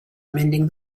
mending